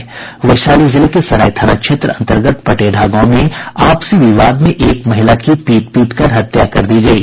वैशाली जिले के सराय थाना क्षेत्र अंतर्गत पटेढ़ा गांव में आपसी विवाद में एक महिला की पीट पीटकर हत्या कर दी गयी